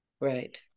right